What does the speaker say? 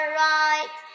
right